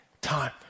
time